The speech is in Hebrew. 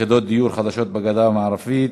יחידות דיור חדשות בגדה המערבית.